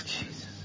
Jesus